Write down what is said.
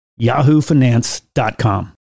yahoofinance.com